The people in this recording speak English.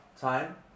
time